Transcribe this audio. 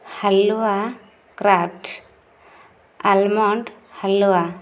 ହାଲୁଆ craft almond ହାଲୁଆ